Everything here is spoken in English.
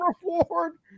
reward